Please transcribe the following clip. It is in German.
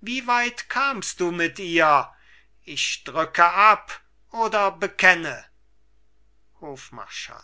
wie weit kamst du mit ihr ich drücke ab oder bekenne hofmarschall